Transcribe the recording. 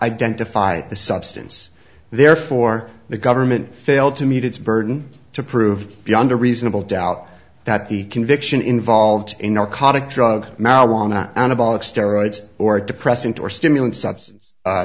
identify the substance therefore the government failed to meet its burden to prove beyond a reasonable doubt that the conviction involved in narcotic drug marijuana anabolic steroids or a depressant or stimulant